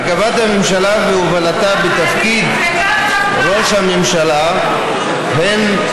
הרכבת הממשלה והובלתה בתפקיד ראש הממשלה הן,